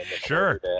Sure